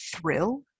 thrill